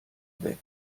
weg